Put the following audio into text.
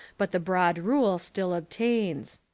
but the broad rule still obtains.